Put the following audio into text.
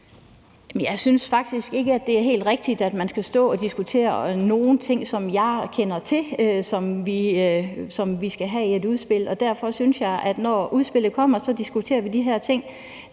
Jeg synes faktisk ikke, det er helt rigtigt at stå og diskutere nogle ting, som jeg kender til, og som vi skal have med i et udspil. Derfor synes jeg, at når udspillet kommer, diskuterer vi de her ting.